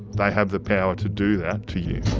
they have the power to do that to yeah